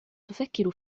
تفكر